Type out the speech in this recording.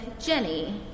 Jenny